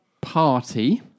party